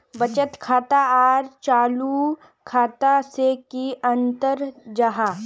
बचत खाता आर चालू खाता से की अंतर जाहा?